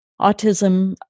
autism